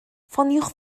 ffoniwch